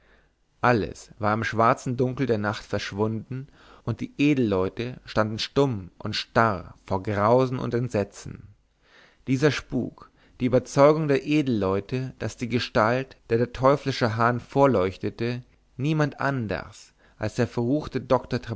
alles war im schwarzen dunkel der nacht verschwunden und die edelleute standen stumm und starr vor grausen und entsetzen dieser spuk die überzeugung der edelleute daß die gestalt der der teuflische hahn vorleuchtete niemand anders als der verrufene